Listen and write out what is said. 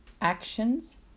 Actions